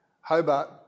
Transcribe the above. Hobart